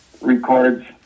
records